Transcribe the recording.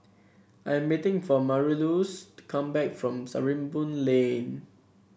I am waiting for Marylouise to come back from Sarimbun Lane